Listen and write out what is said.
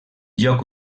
joc